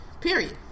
Period